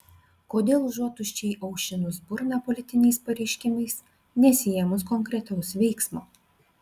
kodėl užuot tuščiai aušinus burną politiniais pareiškimais nesiėmus konkretaus veiksmo